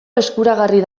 eskuragarri